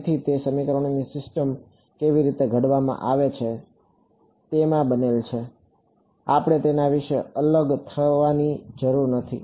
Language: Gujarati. તેથી તે સમીકરણોની સિસ્ટમ કેવી રીતે ઘડવામાં આવે છે તેમાં બનેલ છે આપણે તેના વિશે અલગ થવાની જરૂર નથી